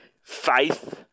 faith